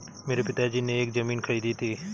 मेरे पिताजी ने एक जमीन खरीदी थी